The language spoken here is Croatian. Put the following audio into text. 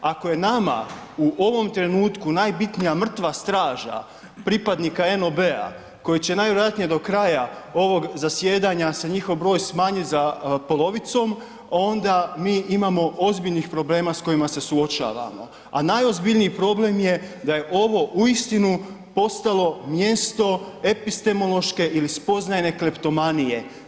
Ako je nama u ovom trenutku najbitnija mrtva straža pripadnika NOB-a koji će najvjerojatnije dok kraja ovog zasjedanja se njihovog smanjiti za polovicom, onda mi imamo ozbiljnih problema s kojima se suočavamo a najozbiljniji problem je da je ovo uistinu postalo mjesto epistemološke ili spoznajne kleptomanije.